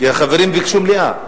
כי החברים ביקשו מליאה.